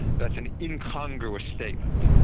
that's an incongruous statement.